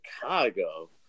Chicago